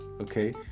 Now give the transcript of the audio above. okay